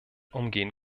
umgehen